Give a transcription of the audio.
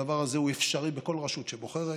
הדבר הזה הוא אפשרי בכל רשות שבוחרת.